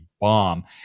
bomb